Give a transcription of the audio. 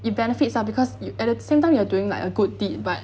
you benefits ah because you at the same time you're doing like a good deed but